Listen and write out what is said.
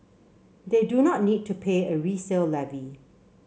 they do not need to pay a resale levy